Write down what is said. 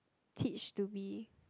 teach to be